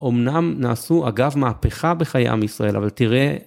אמנם נעשו אגב מהפכה בחיי עם ישראל, אבל תראה.